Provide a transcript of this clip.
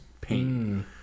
pain